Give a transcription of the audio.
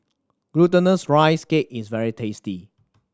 Glutinous Rice Cake is very tasty